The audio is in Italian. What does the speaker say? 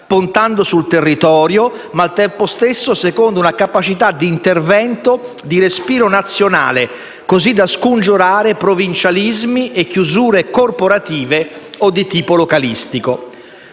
puntando sul territorio, ma al tempo stesso secondo una capacità di intervento di respiro nazionale, così da scongiurare provincialismi e chiusure corporative o di tipo localistico.